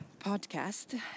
podcast